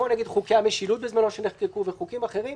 כמו למשל חוקי המשילות בזמנו שנחקקו וחוקים אחרים,